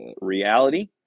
reality